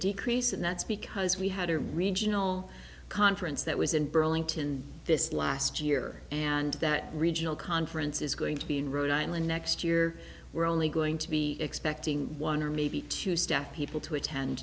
decrease and that's because we had a regional conference that was in burlington this last year and that regional conference is going to be in rhode island next year we're only going to be expecting one or maybe two staff people to attend